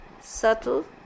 subtle